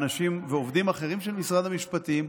ועובדים אחרים של משרד המשפטים,